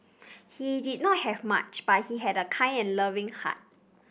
he did not have much but he had a kind and loving heart